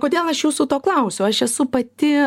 kodėl aš jūsų to klausiu aš esu pati